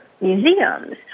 museums